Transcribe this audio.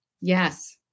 Yes